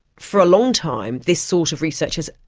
for a long time this sort of research has,